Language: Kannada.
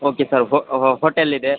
ಓಕೆ ಸರ್ ಹೋಟೆಲ್ ಇದೆ